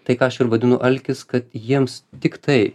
tai ką aš ir vadinu alkis kad jiems tiktai